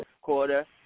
quarter